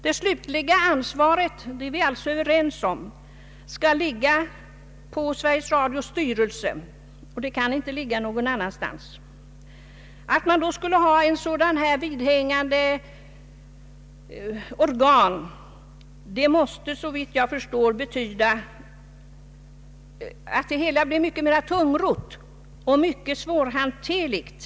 Det slutliga ansvaret, det är vi alltså överens om, skall ligga på Sveriges Radios styrelse — det kan inte ligga någon annan stans. Om man skulle ha ett dylikt vidhängande organ måste detta, såvitt jag förstår, betyda att det hela blir mycket mer tungrott och svårhanterligt.